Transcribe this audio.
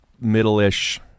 middle-ish